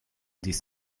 dies